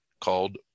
called